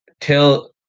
till